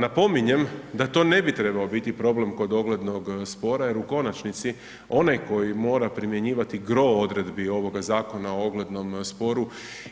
Napominjem da to ne bi trebao biti problem kod oglednog spora je u konačnici onaj koji mora primjenjivati gro odredbi ovoga zakona u oglednom sporu